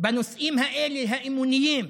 בנושאים האלה, האמוניים,